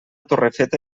torrefeta